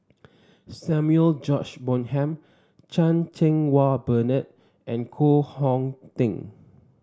Samuel George Bonham Chan Cheng Wah Bernard and Koh Hong Teng